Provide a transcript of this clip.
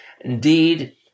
Indeed